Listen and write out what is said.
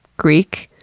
greek,